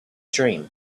dream